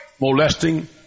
molesting